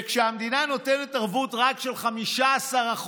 וכשהמדינה נותנת ערבות רק של 15%,